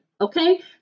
okay